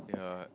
yeah